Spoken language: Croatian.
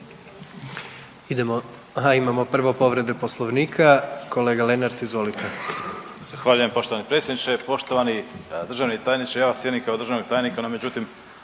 Idemo, aha imamo prvo povredu Poslovnika. Kolega Lenart, izvolite. **Lenart, Željko (HSS)** Zahvaljujem poštovani predsjedniče. Poštovani državni tajniče, ja vas cijenim kao državnog tajnika no međutim